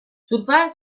surfa